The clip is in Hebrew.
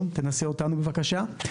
תנסה אותנו, בבקשה.